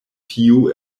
tiu